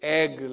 egg